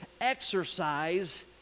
exercise